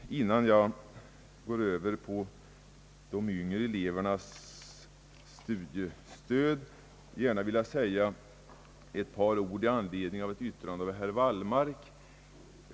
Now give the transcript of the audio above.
Innan jag går över till de yngre elevernas studiestöd vill jag gärna säga några ord i anledning av ett yttrande av herr Wallmark.